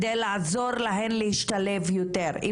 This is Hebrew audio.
על מנת לעזור להם להשתלב יותר,